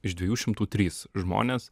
iš dviejų šimtų trys žmonės